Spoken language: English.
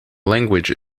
language